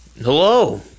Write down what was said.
Hello